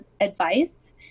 advice